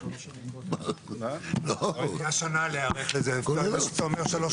זה שלא היסיתי אותך קודם אני לא נותן את זה לכל אחד,